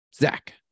Zach